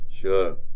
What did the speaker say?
sure